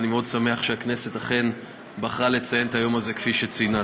אני מאוד שמח שהכנסת אכן בחרה לציין את היום הזה כפי שציינה.